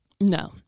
No